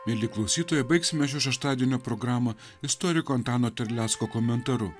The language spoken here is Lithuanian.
mieli klausytojai baigsime šio šeštadienio programą istoriko antano terlecko komentaru